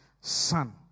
son